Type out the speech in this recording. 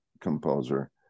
composer